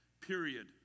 Period